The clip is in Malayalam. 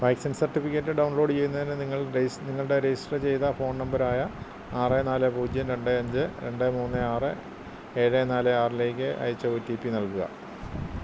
വാക്സിൻ സർട്ടിഫിക്കറ്റ് ഡൗൺലോഡ് ചെയ്യുന്നതിന് നിങ്ങൾ നിങ്ങളുടെ രജിസ്റ്റർ ചെയ്ത ഫോൺ നമ്പറായ ആറ് നാല് പൂജ്യം രണ്ട് അഞ്ച് രണ്ട് മൂന്ന് ആറ് ഏഴ് നാല് ആറിലേക്ക് അയച്ച ഒ ടി പി നൽകുക